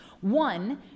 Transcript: One